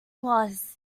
was